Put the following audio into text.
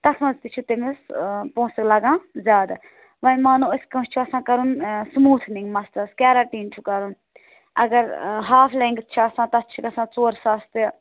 تَتھ منٛز تہِ چھِ تٔمِس پونٛسہٕ لَگان زیادٕ وۄنۍ مانو أسۍ کٲنٛسہِ چھِ آسان کَرُن سٕموٗتھنِنٛگ مَستَس کٮ۪رَٹیٖن چھُ کَرُن اَگر ہاف لٮ۪نٛگٕتھ چھِ آسان تَتھ چھِ گژھان ژور ساس تہِ